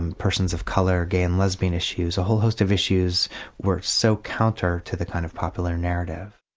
and persons of colour, gay and lesbian issues, a whole host of issues were so counter to the kind of popular narrative.